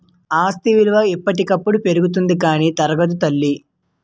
ఆస్తి విలువ ఎప్పటికప్పుడు పెరుగుతుంది కానీ తరగదు తల్లీ